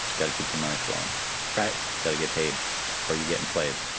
got to keep the money flowing right gotta get paid or you getting played.